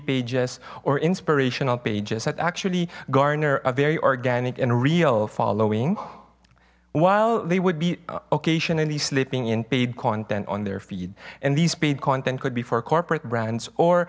pages or inspirational pages that actually garner a very organic and real following while they would be occasionally slipping in paid content on their feet and these paid content could be for corporate